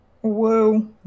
Whoa